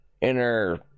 inner